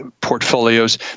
portfolios